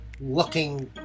looking